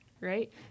right